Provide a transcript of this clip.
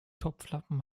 topflappen